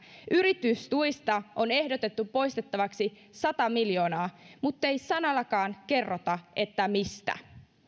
yritystuista on ehdotettu poistettavaksi sata miljoonaa muttei sanallakaan kerrota mistä